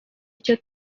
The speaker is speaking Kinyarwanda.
icyo